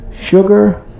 sugar